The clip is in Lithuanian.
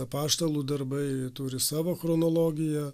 apaštalų darbai turi savo chronologiją